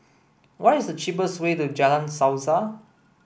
what is the cheapest way to Jalan Suasa